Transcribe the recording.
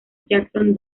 jackson